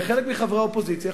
וחלק מחברי האופוזיציה,